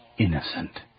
Innocent